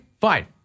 fine